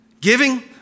Giving